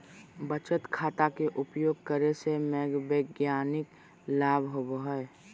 बचत खाता के उपयोग करे से मनोवैज्ञानिक लाभ होबो हइ